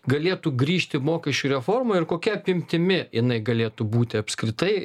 galėtų grįžti mokesčių reforma ir kokia apimtimi jinai galėtų būti apskritai